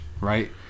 right